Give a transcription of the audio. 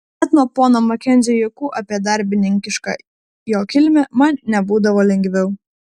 net nuo pono makenzio juokų apie darbininkišką jo kilmę man nebūdavo lengviau